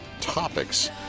topics